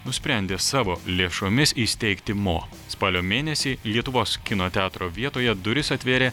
nusprendė savo lėšomis įsteigti mo spalio mėnesį lietuvos kino teatro vietoje duris atvėrė